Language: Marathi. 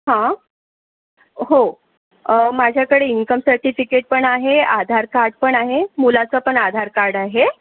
हं हो माझ्याकडे इन्कम सर्टिफिकेट पण आहे आधार कार्ड पण आहे मुलाचं पण आधार कार्ड आहे